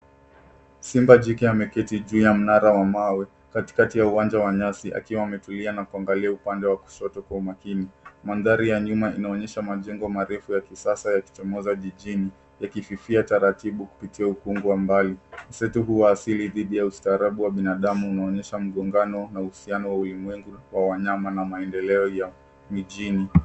Simba jike ameketi juu ya mnara wa mawe katikati ya uwanja wa nyasi akiwa ametulia na kuangalia upande wa kushoto kwa umakini. Mandhari ya nyuma inaonyesha majengo marefu ya kisasa yakichomoza jijini yakififia taratibu kupitia ukungu wa mbali. Seti hii ya asili dhidi ya ustaarabu wa binadamu unaonyesha mgongano na uhusiano wa ulimwengu wa wanyama na maendeleo ya mijini.